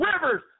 rivers